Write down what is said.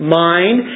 mind